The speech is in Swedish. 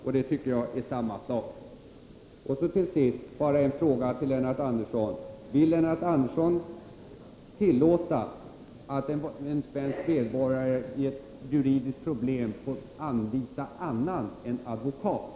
Jag tycker att det är samma sak. Till sist en fråga till Lennart Andersson. Vill Lennart Andersson tillåta att en svensk medborgare i ett juridiskt problem får anlita annan än advokat?